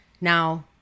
Now